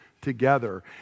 together